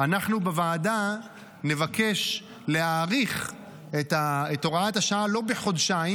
בוועדה נבקש להאריך את הוראת השעה לא בחודשיים,